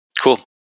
Cool